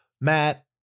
matt